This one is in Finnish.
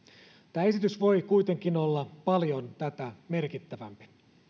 tämä esitys voi kuitenkin olla paljon tätä merkittävämpi